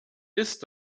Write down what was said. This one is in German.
ist